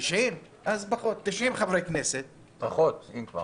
אז פחות אם כבר, 90. פחות אם כבר.